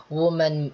woman